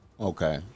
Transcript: okay